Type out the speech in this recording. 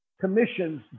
commissions